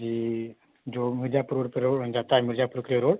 जी जो मिर्जापुर रोड पे जाता है मिर्जापुर के लिए रोड